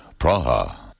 Praha